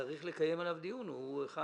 שצריך לקיים עליו דיון, הוא אחד